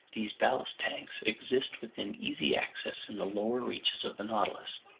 these ballast tanks exist within easy access in the lower reaches of the nautilus.